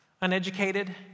Uneducated